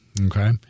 Okay